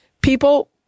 People